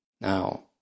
Now